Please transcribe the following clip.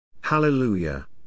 Hallelujah